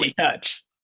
touch